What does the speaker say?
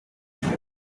inzira